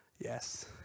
Yes